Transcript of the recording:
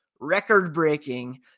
record-breaking